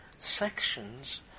Sections